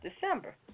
December